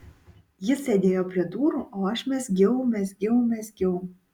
jis sėdėjo prie durų o aš mezgiau mezgiau mezgiau